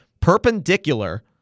perpendicular